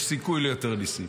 יש סיכוי ליותר ניסים,